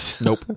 Nope